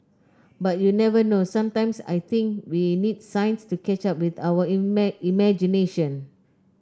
but you never know sometimes I think we need science to catch up with our imagination